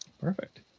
Perfect